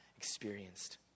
experienced